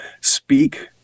speak